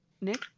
Nick